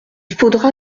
faudra